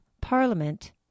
parliament